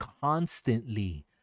constantly